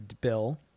bill